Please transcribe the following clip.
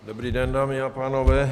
Dobrý den, dámy a pánové.